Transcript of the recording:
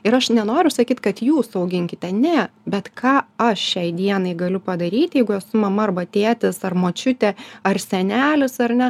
ir aš nenoriu sakyt kad jūsų auginkite ne bet ką aš šiai dienai galiu padaryti jeigu esu mama arba tėtis ar močiutė ar senelis ar ne